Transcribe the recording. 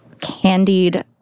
Candied